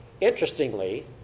Interestingly